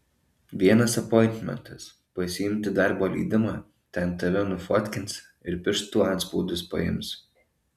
vienas apointmentas pasiimti darbo leidimą ten tave nufotkins ir pirštų antspaudus paims